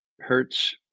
hurts